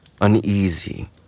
uneasy